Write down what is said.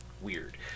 weird